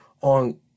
on